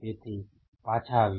તેથી પાછા આવીએ